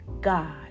God